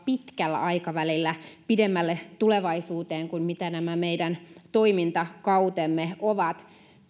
pitkällä aikavälillä pidemmälle tulevaisuuteen kuin mitä nämä meidän toimintakautemme ovat